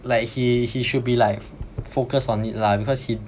like he he should be like focused on it lah because he